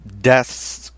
deaths